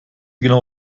genau